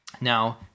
Now